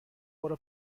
برو